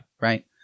Right